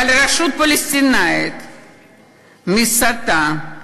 אבל הרשות הפלסטינית מסיתה,